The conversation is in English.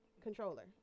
controller